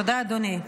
תודה, אדוני.